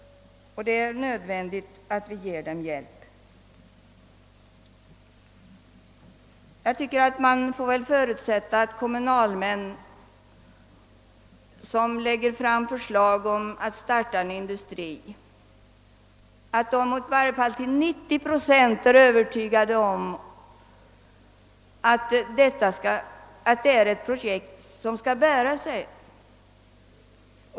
Och det är nödvändigt att vi ger dem hjälp. Jag tycker man får förutsätta att kommunalmän, som lägger fram förslag om att starta en industri, i varje fall till 90 procent är övertygade om att det är ett projekt som skall bära sig.